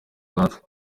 kibanza